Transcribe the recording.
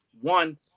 one